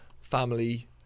family